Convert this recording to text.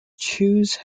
choose